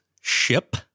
ship